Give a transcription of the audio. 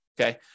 Okay